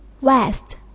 west